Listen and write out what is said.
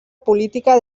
política